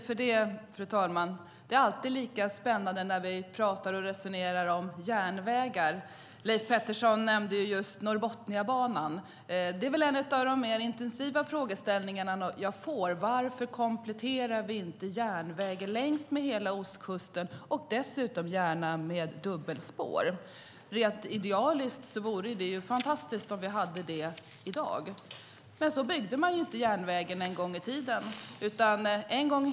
Fru talman! Det är alltid lika spännande när vi resonerar om järnvägar. Leif Pettersson nämnde just Norrbotniabanan. Det är väl en av de mer intensiva frågeställningarna jag får: Varför kompletterar vi inte järnvägen längs med hela ostkusten, dessutom gärna med dubbelspår? Rent idealiskt vore det om vi hade det i dag. Men så byggde man inte järnvägen en gång i tiden.